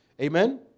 Amen